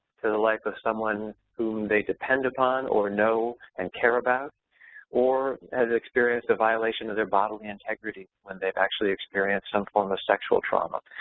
to the life of someone whom they depend upon or know and care about or has experienced a violation of their bodily integrity when they've actually experienced some form of sexual trauma.